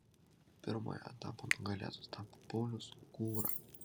pirmojo etapo nugalėtoju tapo paulius gūra